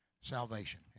salvation